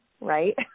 right